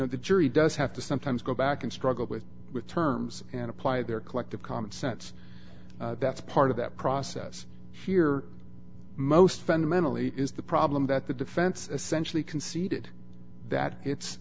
know the jury does have to sometimes go back and struggle with with terms and apply their collective common sense that's part of that process here most fundamentally is the problem that the defense essentially conceded that it